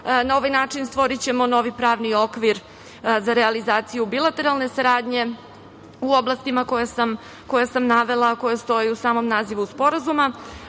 Na ovaj način stvorićemo novi pravni okvir za realizaciju bilateralne saradnje u oblastima koje sam navela, a koje stoje u samom nazivu Sporazuma.